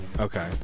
Okay